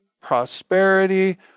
prosperity